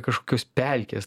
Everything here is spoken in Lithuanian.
kažkokios pelkės